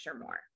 more